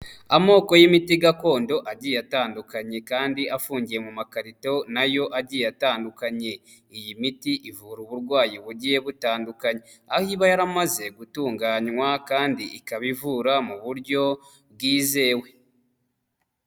Amoko y'imiti gakondo agiye atandukanye kandi afungiye mu makarito na yo agiye atandukanye, iyi miti ivura uburwayi bugiye butandukanye aho iba yaramaze gutunganywa kandi ikaba ivura mu buryo bwizewe.